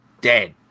dead